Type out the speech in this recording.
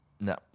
No